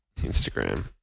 Instagram